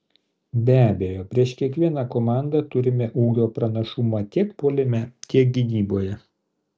be abejo prieš kiekvieną komandą turime ūgio pranašumą tiek puolime tiek gynyboje